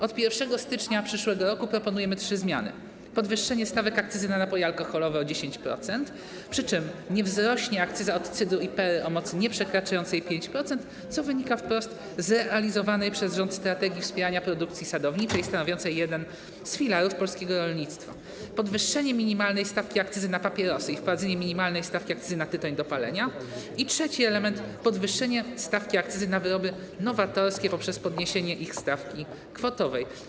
Od 1 stycznia przyszłego roku proponujemy trzy zmiany: podwyższenie stawek akcyzy na napoje alkoholowe o 10%, przy czym nie wzrośnie akcyza od cydru i perry o mocy nieprzekraczającej 5%, co wynika wprost z realizowanej przez rząd strategii wspierania produkcji sadowniczej, stanowiącej jeden z filarów polskiego rolnictwa; podwyższenie minimalnej stawki akcyzy na papierosy i wprowadzenie minimalnej stawki akcyzy na tytoń do palenia; podwyższenie stawki akcyzy na wyroby nowatorskie poprzez podniesienie ich stawki kwotowej.